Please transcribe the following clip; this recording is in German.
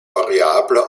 variabler